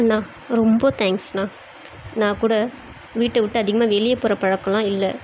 அண்ணா ரொம்ப தேங்க்ஸ்ண்ணா நான் கூட வீட்டை விட்டு அதிகமாக வெளியே போகற பழக்கம்லாம் இல்லை